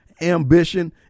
ambition